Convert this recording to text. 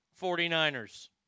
49ers